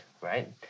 right